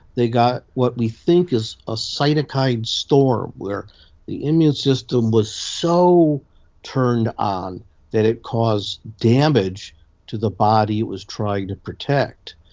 they got what we think is a cytokine storm, where the immune system was so turned on that it caused damage to the body it was trying to protect.